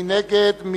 מי נגד?